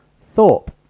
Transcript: Thorpe